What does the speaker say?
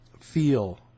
feel